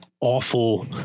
awful